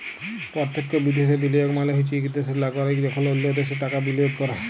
পরতখ্য বিদ্যাশে বিলিয়গ মালে হছে ইক দ্যাশের লাগরিক যখল অল্য দ্যাশে টাকা বিলিয়গ ক্যরে